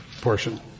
portion